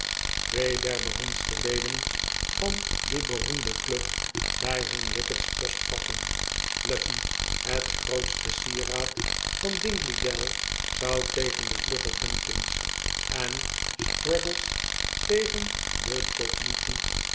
twee der beroemdste leden van die beroemde club bij hun wickets post vatten luffey het grootste sieraad van dingley dell zou tegen den vluggen dumkins en struggles tegen den tot nu toe